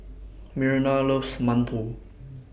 Myrna loves mantou